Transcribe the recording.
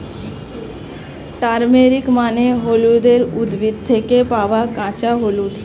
turmeric মানে হলুদের উদ্ভিদ থেকে পাওয়া কাঁচা হলুদ